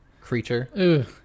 creature